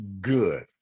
good